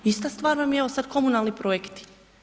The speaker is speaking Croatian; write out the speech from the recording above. Ista stvar nam je evo, sad komunalni projekti.